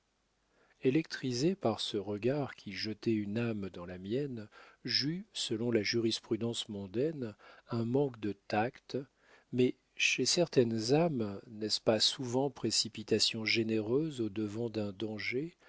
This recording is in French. électrisé par ce regard qui jetait une âme dans la mienne j'eus selon la jurisprudence mondaine un manque de tact mais chez certaines âmes n'est-ce pas souvent précipitation généreuse au-devant d'un danger